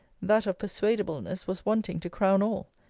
that of persuadableness was wanting to crown all.